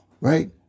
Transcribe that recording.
Right